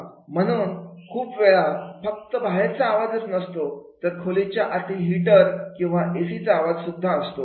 म्हणुनच खूप वेळा फक्त बाहेरचा आवाजच नसतो तर खोलीच्या आतील हिटर किंवा एसीचा आवाज सुद्धा असतो